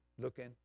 looking